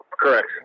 Correct